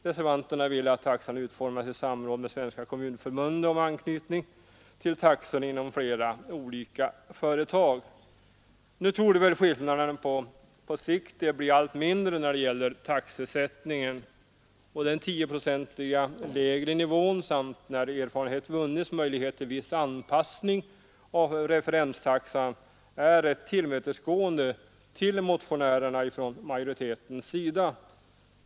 Reservanterna vill att taxan utformas i samråd med Svenska kommunförbundet med anknytning till taxor inom flera olika företag. På sikt torde skillnaden bli allt mindre när det gäller taxesättningen. Den tioprocentiga lägre nivån samt möjligheten till viss anpassning av referenstaxan när erfarenheter vunnits är ett tillmötesgående av motionärernas krav från majoritetens sida.